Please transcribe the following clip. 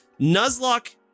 Nuzlocke